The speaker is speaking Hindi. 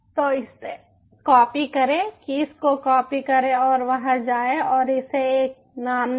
तो इसे कॉपी करें कीस को कॉपी करें और वहां जाएं और इसे एक नाम दें